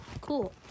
cool